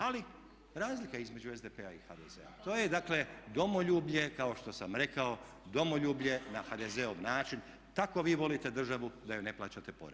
Ali razlika između SDP-a i HDZ-a to je dakle domoljublje kao što sam rekao, domoljublje na HDZ-ov način, tako vi volite državu da joj na plaćate porez.